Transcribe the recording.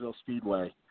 Speedway